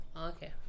okay